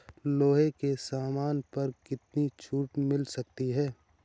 लोहे के सामान पर कितनी छूट मिल सकती है